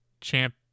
champ